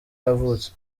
yavutse